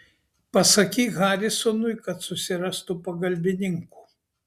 pasakyk harisonui kad susirastų pagalbininkų